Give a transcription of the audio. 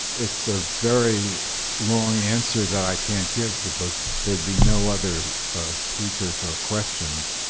it's a very long answer that i can't give because there'd be no other speakers or questions.